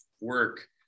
work